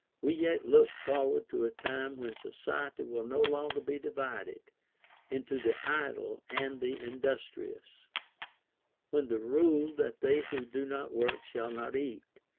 we yet looked forward to a time when society will no longer be divided into the idle and the industrious when the rule that they who do not work shall not eat,